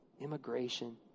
Immigration